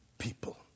people